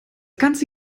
ganze